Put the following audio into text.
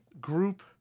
group